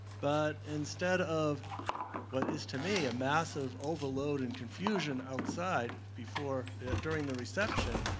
but instead of what is to me a massive overload and confusion outside before during the reception,